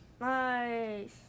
Nice